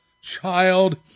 child